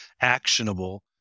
actionable